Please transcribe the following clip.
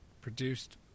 produced